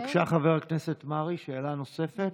בבקשה, חבר הכנסת מרעי, שאלה נוספת.